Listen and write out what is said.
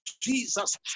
Jesus